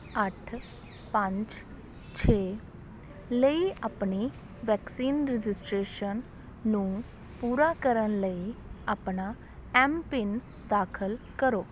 ਅੱਠ ਪੰਜ ਛੇ ਲਈ ਆਪਣੀ ਵੈਕਸੀਨ ਰਜਿਸਟਰੇਸ਼ਨ ਨੂੰ ਪੂਰਾ ਕਰਨ ਲਈ ਆਪਣਾ ਐੱਮਪਿੰਨ ਦਾਖਲ ਕਰੋ